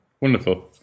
Wonderful